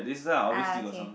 ah okay